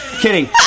Kidding